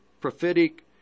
prophetic